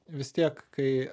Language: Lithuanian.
vis tiek kai